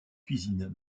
cuisines